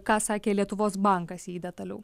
ką sakė lietuvos bankas jei detaliau